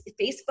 Facebook